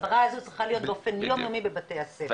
הסברה הזו צריכה להיות יומיומי בבתי הספר.